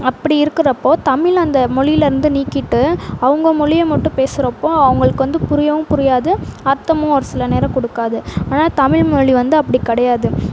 அப்படி இருக்கிறப்போ தமிழ் அந்த மொழியிலருந்து நீக்கிட்டு அவங்க மொழியை மட்டும் பேசுகிறப்போ அவங்களுக்கு வந்து புரியவும் புரியாது அர்த்தமும் ஒரு சில நேரம் கொடுக்காது ஆனால் தமிழ் மொழி வந்து அப்படி கிடையாது